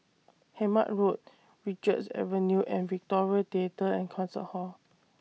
Hemmant Road Richards Avenue and Victoria Theatre and Concert Hall